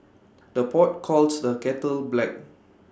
the pot calls the kettle black